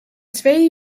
twee